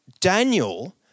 Daniel